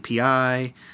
API